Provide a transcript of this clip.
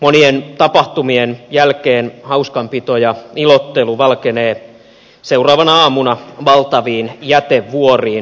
monien tapahtumien jälkeen hauskanpito ja ilottelu valkenee seuraavana aamuna valtaviin jätevuoriin